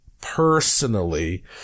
personally